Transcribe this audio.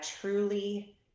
truly